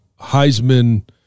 Heisman